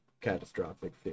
catastrophic